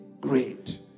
great